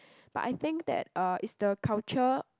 but I think that uh it's the culture